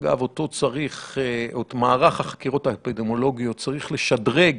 אגב, את מערך החקירות האפידמיולוגיות צריך לשדרג,